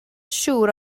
siŵr